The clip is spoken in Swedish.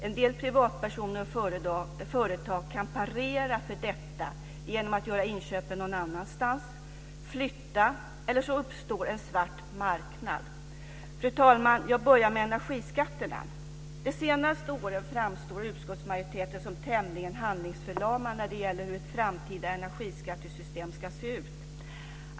En del privatpersoner och företag kan parera för detta genom att göra inköpen någon annanstans eller flytta, eller så uppstår en svart marknad. Fru talman! Jag börjar med energiskatterna. De senaste åren framstår utskottsmajoriteten som tämligen handlingsförlamad när det gäller hur ett framtida energiskattesystem ska se ut.